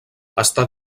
està